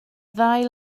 ddau